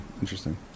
Interesting